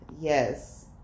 yes